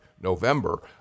November